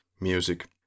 music